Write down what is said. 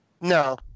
No